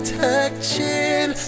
touching